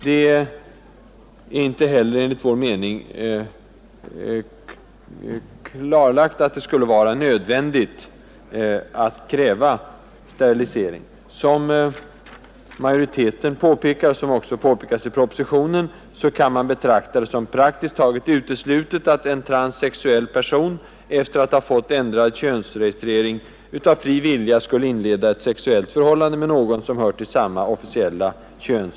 Det är inte enligt vår mening klarlagt, att det skulle vara nödvändigt att kräva sterilisering. Som utskottsmajoriteten påpekar, och som också framhålles i propositionen, kan man betrakta det som praktiskt taget uteslutet att en transsexuell person, efter att ha fått ändrad könsregistrering, av fri vilja skulle inleda ett sexuellt förhållande med någon som hör till samma kön.